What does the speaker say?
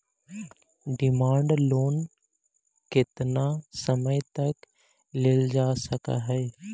demand loan केतना समय तक लेल जा सकऽ हई